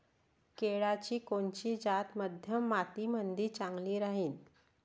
केळाची कोनची जात मध्यम मातीमंदी चांगली राहिन?